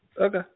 Okay